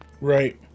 Right